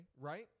right